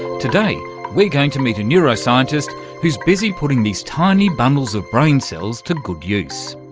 today we're going to meet a neuroscientist who's busy putting these tiny bundles of brain cells to good use.